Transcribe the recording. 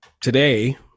today